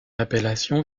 appellation